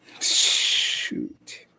Shoot